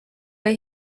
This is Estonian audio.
või